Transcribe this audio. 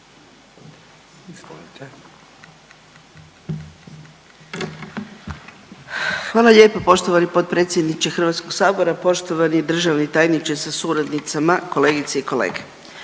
Ankica (HDZ)** Poštovani potpredsjedniče, poštovani državni tajniče sa suradnicama, kolegice i kolege